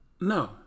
No